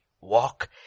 Walk